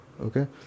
okay